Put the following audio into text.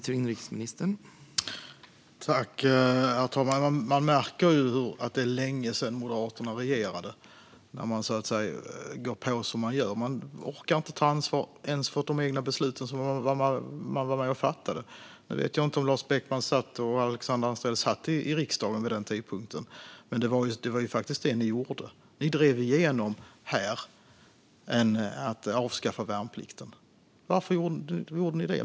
Herr talman! Man märker att det är länge sedan Moderaterna regerade när man ser hur de går på som de gör. De orkar inte ens ta ansvar för sina egna beslut som de var med och fattade. Jag vet inte om ni satt i riksdagen vid den tidpunkten, Lars Beckman och Alexandra Anstrell, men det var faktiskt Moderaterna som drev igenom här att värnplikten skulle avskaffas. Varför gjorde ni det?